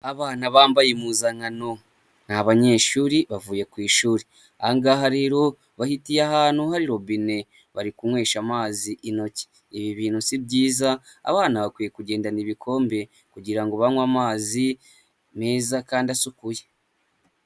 Abana bambaye impuzankano, ni abanyeshuri bavuye ku ishuri, aha ngaha rero bahitiye ahantu hari robine bari kunywesha amazi intoki, ibi bintu si byiza abana bakwiye kugendana ibikombe kugira ngo banywe amazi meza kandi asukuye.